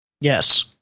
Yes